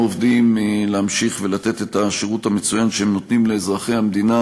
עובדים להמשיך ולתת את השירות המצוין שהם נותנים לאזרחי המדינה,